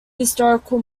historical